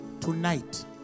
Tonight